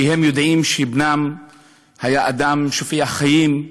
הם יודעים שבנם היה אדם שופע חיים,